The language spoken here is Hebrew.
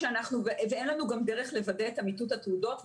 ואין לנו גם דרך לוודא את אמיתות התעודות,